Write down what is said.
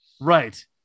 right